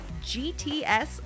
GTS